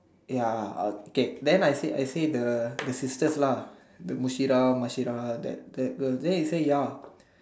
ya okay then I say I say the the sisters lah the Mushira Mashira that that girl then he say ya